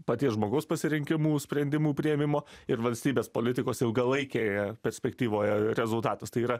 paties žmogaus pasirinkimų sprendimų priėmimo ir valstybės politikos ilgalaikėje perspektyvoje rezultatas tai yra